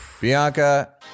Bianca